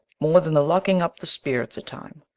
more than the locking up the spirits a time,